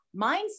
mindset